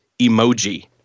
emoji